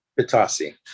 Pitassi